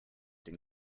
den